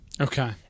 Okay